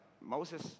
Moses